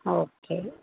okay